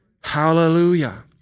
Hallelujah